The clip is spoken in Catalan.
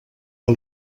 que